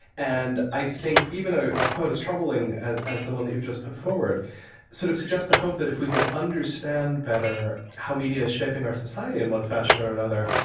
and i think even ah a quote as troubling as as the one that you've just put forward sort of suggests the hope that if we could understand better how media is shaping our society in one fashion another,